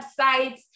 websites